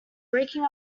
breaking